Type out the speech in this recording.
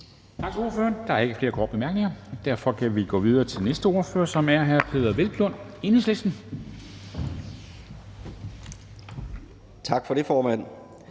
Tak for det, formand,